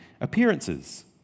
appearances